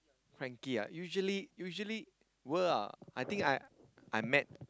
Frankie ah usually usually will ah I think I I met